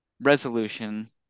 resolution